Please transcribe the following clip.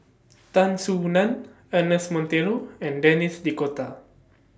Tan Soo NAN Ernest Monteiro and Denis D'Cotta